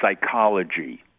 psychology